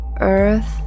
earth